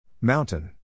Mountain